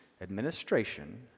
administration